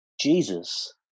jesus